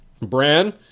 Bran